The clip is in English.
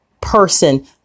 person